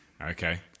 Okay